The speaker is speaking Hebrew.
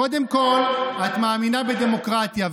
קודם כול את מאמינה בדמוקרטיה,